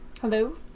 Hello